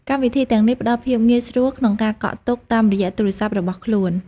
កម្មវិធីទាំងនេះផ្តល់ភាពងាយស្រួលក្នុងការកក់ទុកតាមរយៈទូរស័ព្ទរបស់ខ្លួន។